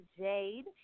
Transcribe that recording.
Jade